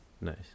Nice